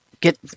get